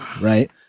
Right